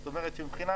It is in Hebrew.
זאת אומרת שמבחינה